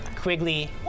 Quigley